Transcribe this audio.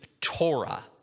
Torah